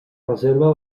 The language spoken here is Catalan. reserva